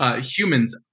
Humans